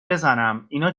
بزنماینا